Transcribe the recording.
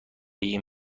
این